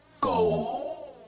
go